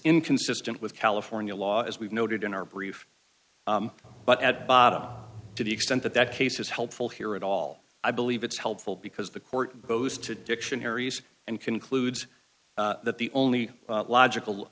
inconsistent with california law as we've noted in our brief but at bottom to the extent that that case is helpful here at all i believe it's helpful because the court goes to dictionaries and concludes that the only logical